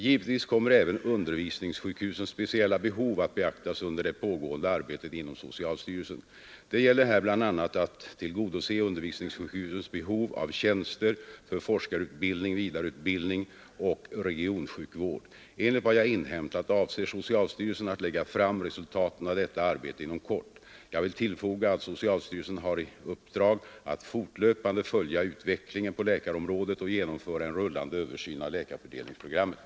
Givetvis kommer även undervisningssjukhusens speciella behov att beaktas under det pågående arbetet inom socialstyrelsen. Det gäller här bl.a. att tillgodose undervisningssjukhusens behov av tjänster för forskarutbildning, vidareutbildning och regionsjukvård. Enligt vad jag inhämtat avser socialstyrelsen att lägga fram resultaten av detta arbete inom kort. Jag vill tillfoga att socialstyrelsen har i uppdrag att fortlöpande följa utvecklingen på läkarområdet och genomföra en rullande översyn av läkarfördelningsprogrammet.